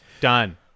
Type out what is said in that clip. Done